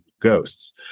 ghosts